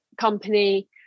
company